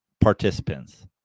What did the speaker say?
participants